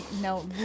No